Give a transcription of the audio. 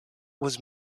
was